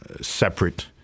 separate